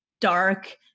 dark